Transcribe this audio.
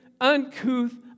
uncouth